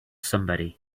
somebody